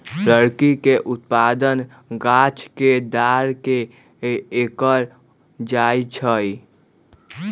लकड़ी के उत्पादन गाछ के डार के कएल जाइ छइ